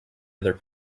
other